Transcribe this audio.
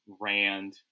Rand